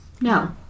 No